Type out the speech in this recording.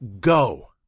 Go